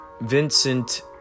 Vincent